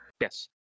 yes